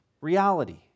reality